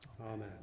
Amen